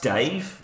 Dave